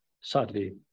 sadly